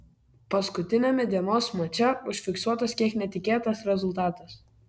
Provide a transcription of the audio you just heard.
paskutiniame dienos mače užfiksuotas kiek netikėtas rezultatas